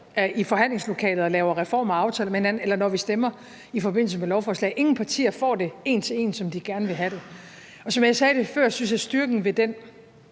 i forhandlingslokalet og laver reformer og aftaler med hinanden, eller når vi stemmer i forbindelse med lovforslag, får ingen partier det en til en, som de gerne vil have det. Som jeg sagde før, synes jeg, at styrken ved den